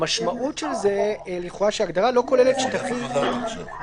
המשמעות של ההגדרה שזה